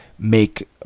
make